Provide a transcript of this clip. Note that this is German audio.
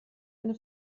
eine